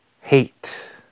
Hate